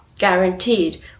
guaranteed